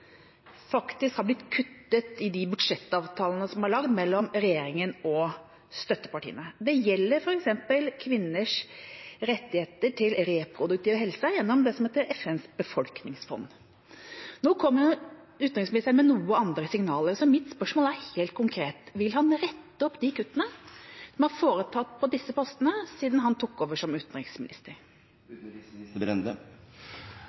faktisk har blitt kuttet i de budsjettavtalene som er laget mellom regjeringa og støttepartiene. Det gjelder f.eks. kvinners rettigheter til reproduktiv helse gjennom det som heter FNs befolkningsfond. Nå kommer utenriksministeren med noe andre signaler, så mitt spørsmål er helt konkret: Vil han rette opp de kuttene som er foretatt på disse postene siden han tok over som utenriksminister?